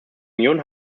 union